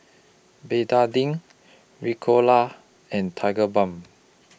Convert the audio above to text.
Betadine Ricola and Tigerbalm